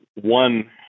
one